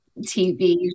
TV